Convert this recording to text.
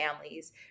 families